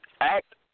act